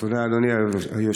תודה, אדוני היושב-ראש.